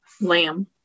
Lamb